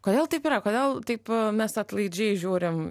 kodėl taip yra kodėl taip mes atlaidžiai žiūrim